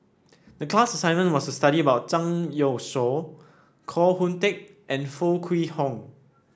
the class assignment was to study about Zhang Youshuo Koh Hoon Teck and Foo Kwee Horng